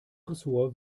ressort